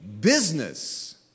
Business